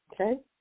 Okay